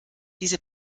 diese